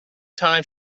thyme